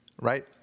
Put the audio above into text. Right